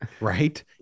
Right